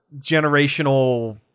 generational